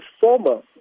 former